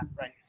right